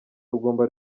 tugomba